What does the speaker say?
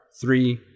Three